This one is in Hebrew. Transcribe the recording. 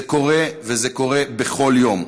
זה קורה, וזה קורה בכל יום.